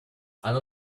оно